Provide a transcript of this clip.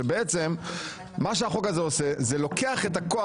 שבעצם מה שהחוק הזה עושה זה לוקח את הכוח